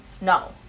No